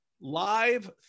live